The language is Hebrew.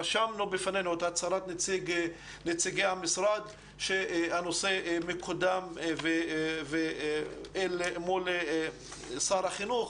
רשמנו בפנינו את הצהרת נציגי המשרד שהנושא מקודם מול שר החינוך.